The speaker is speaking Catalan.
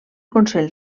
consell